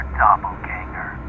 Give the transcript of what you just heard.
doppelganger